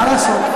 מה לעשות.